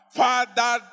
father